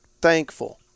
thankful